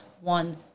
one